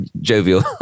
jovial